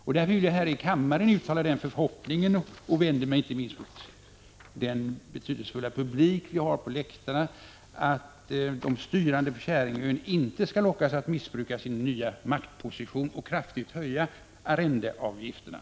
Därför vill jag här i kammaren uttala den förhoppningen — och jag vänder mig då inte minst till den betydelsefulla publik vi har på läktaren — att de styrande på Käringön inte skall lockas att missbruka sin nya maktposition och kraftigt höja arrendeavgifterna.